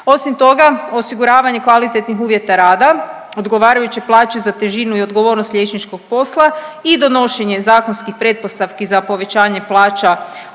Osim toga, osiguravanje kvalitetnih uvjeta rada odgovarajuće plaće za težinu i odgovornost liječničkog posla i donošenje zakonskih pretpostavki za povećanje plaća